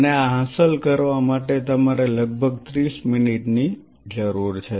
અને આ હાંસલ કરવા માટે તમારે લગભગ 30 મિનિટની જરૂર છે